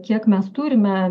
kiek mes turime